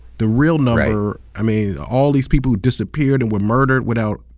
the real number, i mean all these people who disappeared and were murdered without,